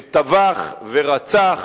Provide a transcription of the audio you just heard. שטבח ורצח